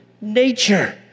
nature